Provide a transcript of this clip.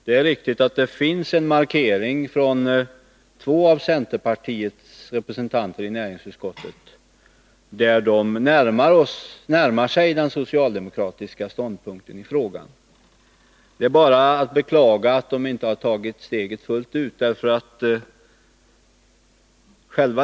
Det är riktigt att det från två av centerpartiets representanter i näringsutskottet finns en markering i form av ett särskilt yttrande, där de närmar sig den socialdemokratiska ståndpunkten i frågan. Det är bara att. Nr 53 beklaga att de inte har tagit steget fullt ut.